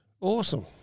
Awesome